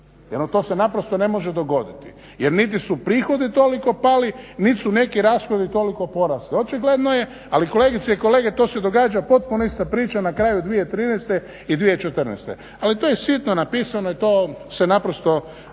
to se naprosto ne može dogoditi jer niti su prihodi toliko pali nit' su neki rashodi toliko porasli. Očigledno je, ali kolegice i kolege to se događa, potpuno ista priča na kraju 2013. i 2014., ali to je sitno napisano i to se naprosto